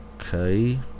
okay